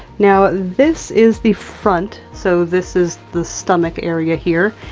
now, this is the front, so this is the stomach area here,